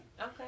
Okay